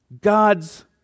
God's